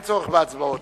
אין צורך בהצבעות.